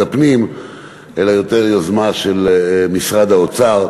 הפנים אלא יותר יוזמה של משרד האוצר,